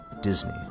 Disney